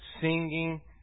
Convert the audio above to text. singing